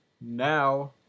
now